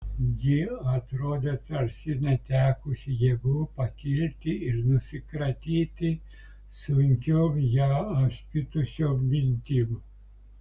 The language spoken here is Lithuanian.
ji atrodė tarsi netekusi jėgų pakilti ir nusikratyti sunkiom ją apspitusiom mintim